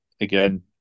again